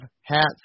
hats